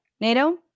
Nato